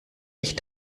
ich